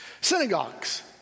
synagogues